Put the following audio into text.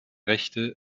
rechte